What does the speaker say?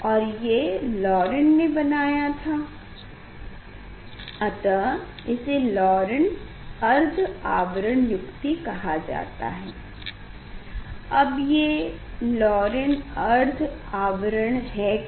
और ये लौरेण्ट ने बनाया था अतः इसे लौरेंट्स अर्ध आवरण युक्ति कहा जाता है अब ये लौरेण्ट अर्ध आवरण है क्या